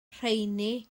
rheini